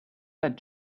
that